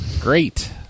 Great